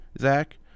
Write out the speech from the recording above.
Zach